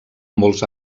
molts